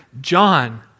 John